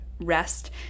rest